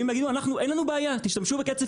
אם יגידו שאין בעיה שישתמשו בקצף